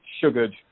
sugared